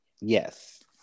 Yes